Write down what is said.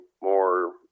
more